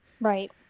Right